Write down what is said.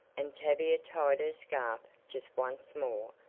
and tavia tied her scarf just once more,